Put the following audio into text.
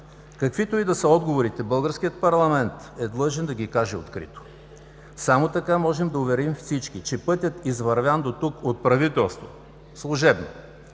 Каквито и да се отговорите, българският парламент е длъжен да ги каже открито. Само така можем да уверим всички, че пътят, извървян дотук от служебното